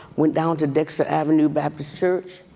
went down to dexter avenue baptist church.